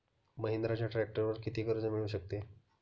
महिंद्राच्या ट्रॅक्टरवर किती कर्ज मिळू शकते?